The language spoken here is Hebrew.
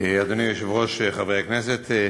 אדוני היושב-ראש, חברי הכנסת,